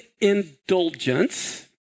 indulgence